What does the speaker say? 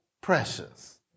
precious